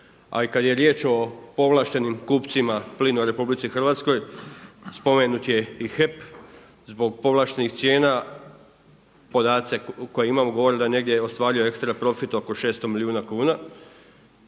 A i kada je riječ o povlaštenim kupcima plina u RH spomenut je i HEP zbog povlaštenih cijena. Podaci koje imam govore da je negdje ostvaruje ekstra profit oko 600 milijuna kuna